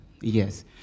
Yes